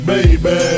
Baby